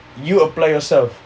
you apply yourself